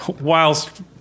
Whilst